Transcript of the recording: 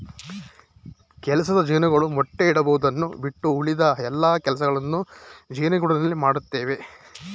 ಕೆಲಸದ ಜೇನುಗಳು ಮೊಟ್ಟೆ ಇಡುವುದನ್ನು ಬಿಟ್ಟು ಉಳಿದ ಎಲ್ಲಾ ಕೆಲಸಗಳನ್ನು ಜೇನುಗೂಡಿನಲ್ಲಿ ಮಾಡತ್ತವೆ